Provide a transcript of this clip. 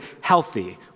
healthy